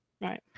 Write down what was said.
right